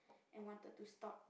and wanted to start